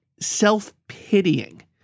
self-pitying